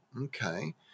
okay